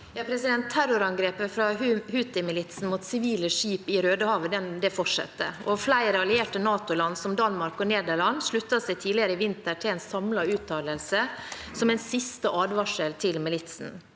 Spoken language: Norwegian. Terrorangrepet fra Houthi-militsen mot sivile skip i Rødehavet fortsetter. Flere allierte NATO-land, som Danmark og Nederland, sluttet seg tidligere i vinter til en samlet uttalelse som en siste advarsel til militsen.